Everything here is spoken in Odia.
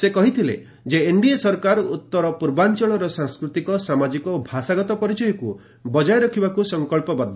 ସେ କହିଥିଲେ ଯେ ଏନ୍ଡିଏ ସରକାର ଉତ୍ତରପୂର୍ବାଞ୍ଚଳର ସାଂସ୍କୃତିକ ସାମାଜିକ ଓ ଭାଷାଗତ ପରିଚୟକୁ ବଜାୟ ରଖିବାକୁ ସଂକଳ୍ପବଦ୍ଧ